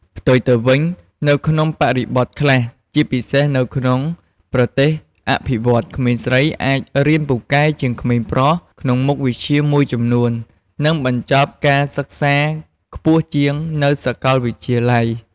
ផ្ទុយទៅវិញ នៅក្នុងបរិបទខ្លះ ជាពិសេសនៅក្នុងប្រទេសអភិវឌ្ឍន៍ ក្មេងស្រីអាចរៀនពូកែជាងក្មេងប្រុសក្នុងមុខវិជ្ជាមួយចំនួន និងបញ្ចប់ការសិក្សាខ្ពស់ជាងនៅសកលវិទ្យាល័យ។